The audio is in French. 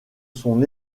son